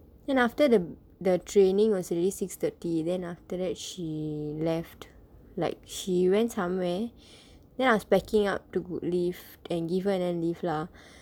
then after the the training was already six thirty then after that she left like she went somewhere then I was packing up to leave and give her and then leave lah